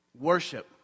Worship